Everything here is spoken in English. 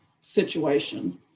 situation